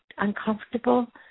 uncomfortable